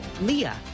leah